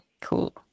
cool